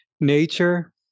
nature